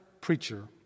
preacher